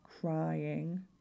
crying